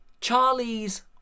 Charlie's